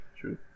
true